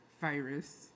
virus